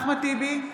אחמד טיבי,